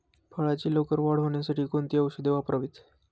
फळाची लवकर वाढ होण्यासाठी कोणती औषधे वापरावीत?